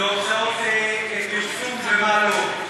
הוצאות לפרסום ומה לא.